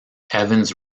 evans